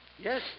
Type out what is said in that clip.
Yes